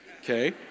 okay